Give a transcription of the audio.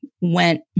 went